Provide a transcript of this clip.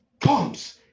comes